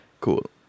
Cool